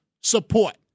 support